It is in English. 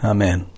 Amen